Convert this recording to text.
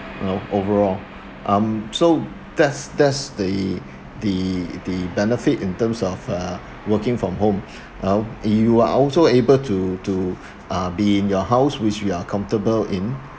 you know overall um so that's that's the the the benefit in terms of uh working from home you know you are also able to to uh be in your house which we are comfortable in